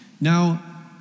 Now